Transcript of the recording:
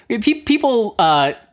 people